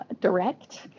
direct